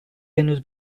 henüz